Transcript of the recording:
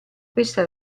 questa